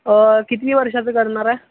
किती वर्षाचं करणार आहे